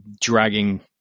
dragging